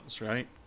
right